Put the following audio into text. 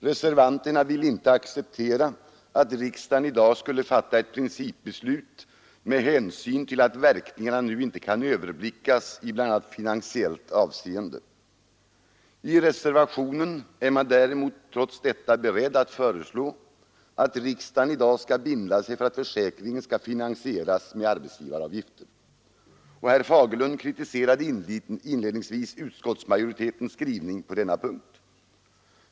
Reservanterna vill inte acceptera att riksdagen i dag skulle fatta ett principbeslut med hänsyn till att verkningarna nu inte kan överblickas i bl.a. finansiellt avseende. I reservationen är man däremot trots detta beredd att föreslå att riksdagen i dag skall binda sig för att försäkringen skall finansieras med arbetsgivar Herr Fagerlund kritiserade inledningsvis utskottsmajoritetens skrivning på denna punkt.